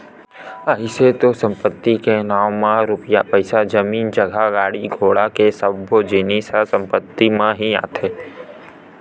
अइसे तो संपत्ति के नांव म रुपया पइसा, जमीन जगा, गाड़ी घोड़ा ये सब्बो जिनिस ह संपत्ति म ही आथे